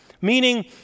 Meaning